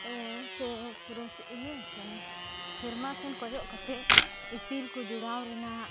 ᱥᱮ ᱤᱭᱟᱹ ᱥᱮᱱ ᱥᱮᱨᱢᱟ ᱥᱮᱱ ᱠᱚᱭᱟᱜ ᱠᱟᱛᱮ ᱤᱯᱤᱞ ᱠᱚ ᱡᱚᱲᱟᱣ ᱨᱮᱱᱟᱜ